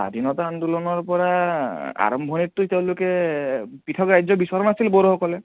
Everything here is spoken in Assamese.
স্বাধীনতা আন্দোলনৰ পৰা আৰম্ভণিততো তেওঁলোকে পৃথক ৰাজ্য বিচৰা নাছিল বড়োসকলে